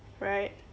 right